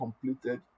completed